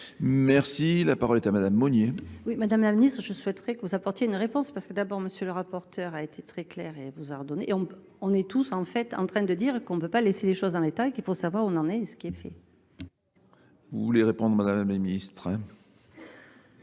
Merci, la parole est à madame Monnier. Oui madame la ministre, je souhaiterais que vous apportiez une réponse parce que d'abord monsieur le rapporteur a été très clair et vous a redonné et on est tous en fait en train de dire qu'on ne peut pas laisser les choses en état et qu'il faut savoir où on en est et ce qui est fait. Vous madame la ministre ?